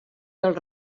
del